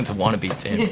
wannabe tim.